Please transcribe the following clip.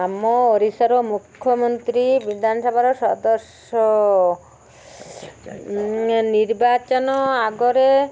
ଆମ ଓଡ଼ିଶାର ମୁଖ୍ୟମନ୍ତ୍ରୀ ବିଧାନସଭାର ସଦସ୍ୟ ନିର୍ବାଚନ ଆଗରେ